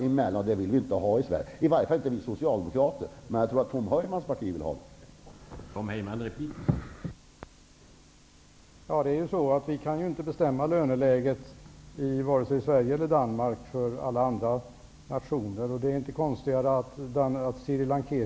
Så vill i alla fall inte vi socialdemokrater att det skall vara i Sverige, men jag tror att Tom Heymans parti vill ha det så.